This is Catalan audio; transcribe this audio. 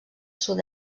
sud